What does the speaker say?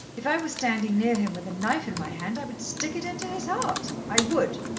if i were standing near him with a knife in my hand i would stick it into his heart. i would!